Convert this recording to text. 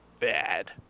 bad